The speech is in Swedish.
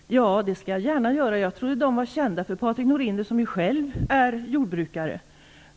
Herr talman! Ja, det skall jag gärna göra. Jag trodde att dessa hjälpmedel var kända för Patrik Norinder som ju själv är jordbrukare.